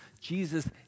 Jesus